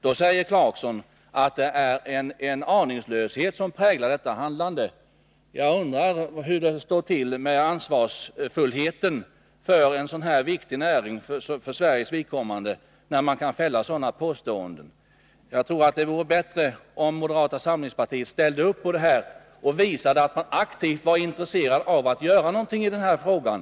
Då säger Rolf Clarkson att det är en aningslöshet som präglar detta handlande. Jag undrar hur det står till med ansvarsfullheten i fråga om en så viktig näring för Sveriges vidkommande när man kan göra sådana påståenden. Jag tror att det vore bättre om moderata samlingspartiet ställde upp på det här och visade att man aktivt var intresserad av att göra någonting i den här frågan.